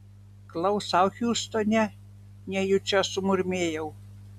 klausau hiūstone nejučia sumurmėjau